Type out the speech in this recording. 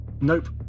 Nope